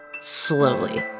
slowly